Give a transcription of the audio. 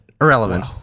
Irrelevant